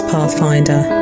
Pathfinder